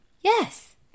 Yes